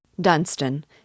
Dunstan